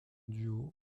duo